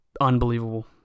Unbelievable